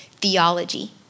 theology